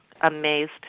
amazed